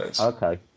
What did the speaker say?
Okay